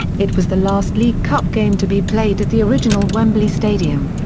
it was the last league cup game to be played at the original wembley stadium.